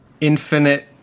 Infinite